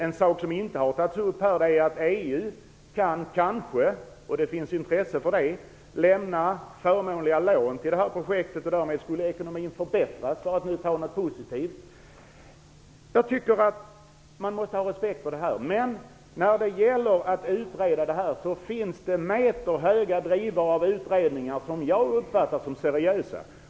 En fråga som inte har tagits upp här är att EU kanske kan lämna förmånliga lån till detta projekt, och det finns ett intresse för det. Därmed skulle ekonomin förbättras för att nu tala om något positivt. Jag tycker att man skall visa respekt inför den här frågan. Det finns meterhöga drivor av utredningar som jag uppfattar som seriösa.